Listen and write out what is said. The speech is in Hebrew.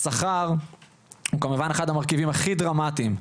השכר הוא כמובן אחד המרכיבים הכי דרמטיים.